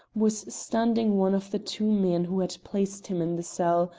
was standing one of the two men who had placed him in the cell,